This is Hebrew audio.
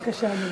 בבקשה, אדוני.